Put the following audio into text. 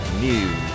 News